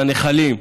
לנחלים.